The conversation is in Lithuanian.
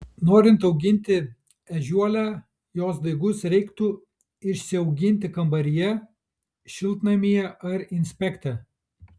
norint auginti ežiuolę jos daigus reiktų išsiauginti kambaryje šiltnamyje ar inspekte